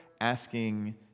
asking